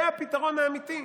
זה הפתרון האמיתי.